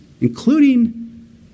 including